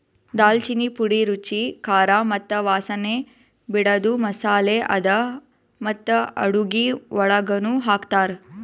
ದಾಲ್ಚಿನ್ನಿ ಪುಡಿ ರುಚಿ, ಖಾರ ಮತ್ತ ವಾಸನೆ ಬಿಡದು ಮಸಾಲೆ ಅದಾ ಮತ್ತ ಅಡುಗಿ ಒಳಗನು ಹಾಕ್ತಾರ್